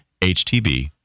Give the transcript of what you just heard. HTB